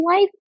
life